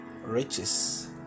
riches